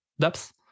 depth